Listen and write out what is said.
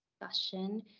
discussion